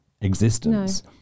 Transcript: existence